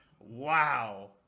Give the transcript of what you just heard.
wow